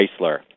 Chrysler